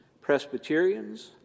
Presbyterians